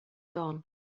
gone